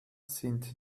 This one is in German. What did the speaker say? sind